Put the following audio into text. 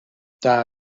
eta